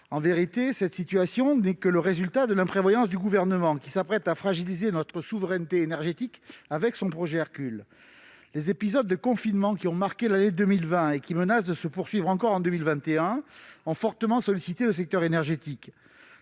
En vérité, cette situation n'est que le résultat de l'imprévoyance du Gouvernement, qui s'apprête à fragiliser notre souveraineté énergétique avec son projet Hercule. Les épisodes de confinement qui ont marqué l'année 2020 et qui menacent de se poursuivre encore en 2021 ont fortement sollicité le secteur énergétique.